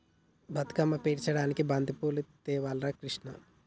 బతుకమ్మను పేర్చడానికి బంతిపూలు తేవాలి రా కిష్ణ